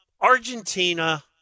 Argentina